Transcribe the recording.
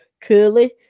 truly